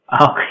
Okay